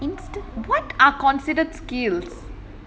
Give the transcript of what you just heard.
instant what are considered skills